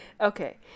okay